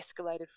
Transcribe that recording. escalated